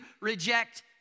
reject